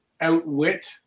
outwit